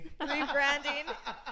Rebranding